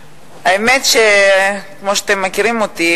האמת, כמו שאתם מכירים אותי,